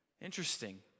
interesting